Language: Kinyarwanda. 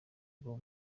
bwo